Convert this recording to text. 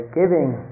giving